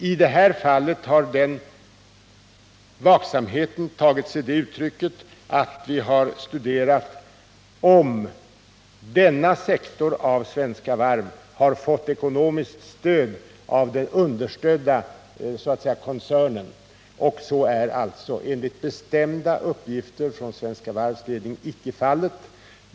I det här fallet har vaksamheten tagit sig det uttrycket, att vi har studerat om denna sektor av Svenska Varv har fått ekonomiskt stöd av den understödda koncernen. Så är alltså enligt bestämda uppgifter från Svenska Varvsledning icke fallet.